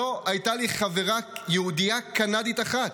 לא הייתה לי חברה יהודייה קנדית אחת,